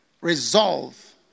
resolve